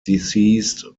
deceased